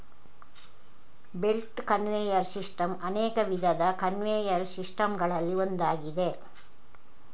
belt conveyor system ಅನೇಕ ವಿಧದ conveyor system ಗಳಲ್ಲಿ ಒಂದಾಗಿದೆ